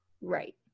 Right